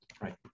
right